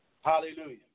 Hallelujah